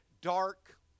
dark